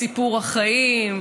את סיפור החיים,